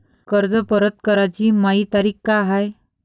कर्ज परत कराची मायी तारीख का हाय?